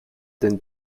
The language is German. den